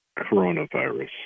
coronavirus